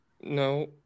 No